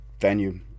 venue